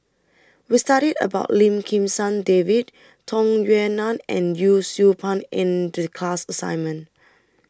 We studied about Lim Kim San David Tung Yue Nang and Yee Siew Pun in class assignment